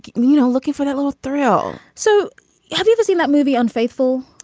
you know looking for that little thrill so have you ever seen that movie unfaithful